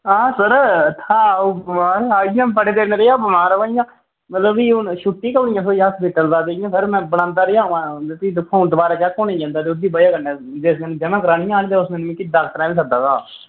हां सर था ओह् आई गेआ बड़े दिन रेहा बमार अवा इयां मतलब कि फ्ही हून छु्ट्टी हून थ्होई हस्पिटल दा इ'यां सर में बनांदा रेहा अवा फ्ही दिक्खो हां दबारा जासां जंदा ओह्दी वजह् कन्नै जिस दिन ज'मा करानियां हा ते उस दिन मिगी डॉक्टरें न बी सद्दे दा हा